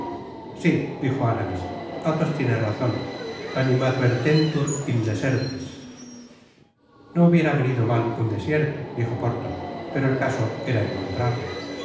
sí dijo aramis athos tiene razon animadvertentur indesertis no hubiera venido mal un desierto dijo porthos pero el caso era encontrarle